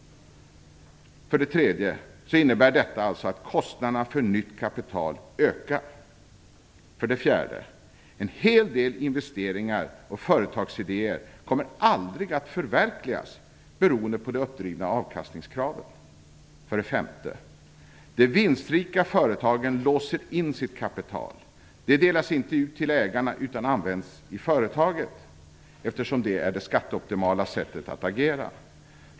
För det tredje innebär detta att kostnaderna för nytt kapital ökar. För det fjärde kommer en hel del investeringar och företagsidéer aldrig att förverkligas beroende på de uppdrivna avkastningskraven. För det femte låser de vinstrika företagen in sitt kapital. Det delas inte ut till ägarna utan används i företaget, eftersom det är det skatteoptimala sättet att agera.